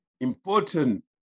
important